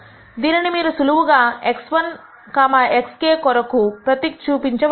దీనిని మీరు సులువుగా x1 xk కొరకు ప్రతి చూపించవచ్చు